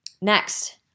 Next